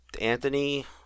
Anthony